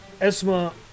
Esma